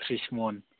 थ्रिस मन